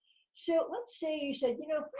so let's say you said, you know,